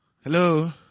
Hello